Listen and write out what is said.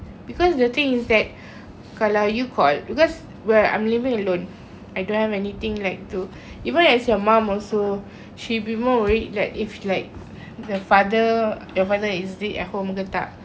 because the thing is that kalau you call because where I'm living alone I don't have anything like to even as your mum also she be more worried like if like the father your father is he at home ke tak